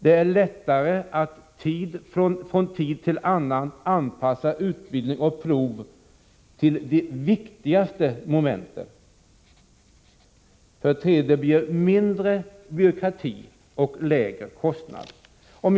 Det är lättare att från tid till annan anpassa utbildning och prov till de viktigaste momenten. 3. Det blir mindre byråkrati och lägre kostnader.